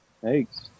Thanks